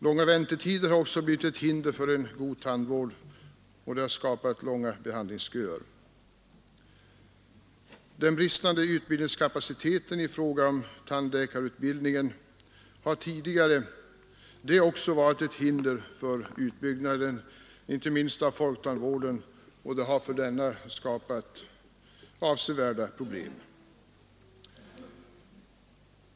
Långa väntetider har också blivit ett hinder för god tandvård och skapat långa behandlingsköer. Den bristande utbildningskapaciteten i fråga om tandläkare har tidigare även varit ett hinder för utbyggnaden, inte minst av folktandvården, och skapat avsevärda problem.